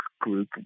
group